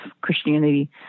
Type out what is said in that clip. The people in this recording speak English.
Christianity